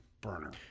burner